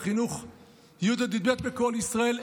בכל ישראל,